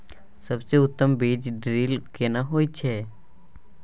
सबसे उत्तम बीज ड्रिल केना होए छै?